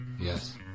Yes